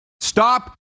Stop